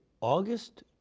August